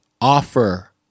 offer